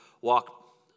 walk